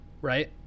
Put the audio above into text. Right